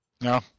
No